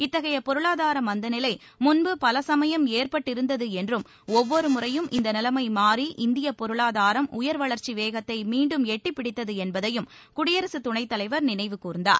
இத்தகைய பொருளாதார மந்தநிலை முன்பு பல சுமயம் ஏற்பட்டிருந்தது என்றும் ஒவ்வொரு முறையும் இந்த நிலைமை மாறி இந்திய பொருளாதாரம் உயர் வளர்ச்சி வேகத்தை மீண்டும் எட்டி பிடித்தது என்பதையும் குடியரசுத் துணைத்தலைவர் நினைவுகூர்ந்தார்